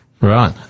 Right